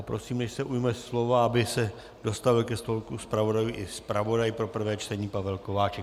Prosím, než se ujme slova, aby se dostavil ke stolku zpravodajů i zpravodaj pro prvé čtení Pavel Kováčik.